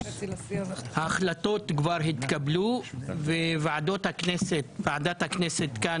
ההחלטות כבר התקבלו וועדת הכנסת כאן